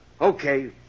Okay